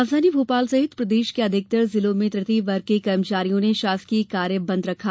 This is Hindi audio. राजधानी भोपाल सहित प्रदेश के अधिकतर जिलों में तृतीय वर्ग कर्मचारियों ने शासकीय कार्य बंद रखा